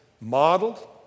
modeled